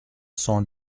cent